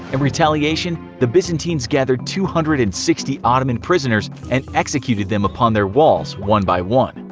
and retaliation, the byzantines gathered two hundred and sixty ottoman prisoners and executed them upon their walls one by one.